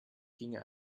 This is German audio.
ginge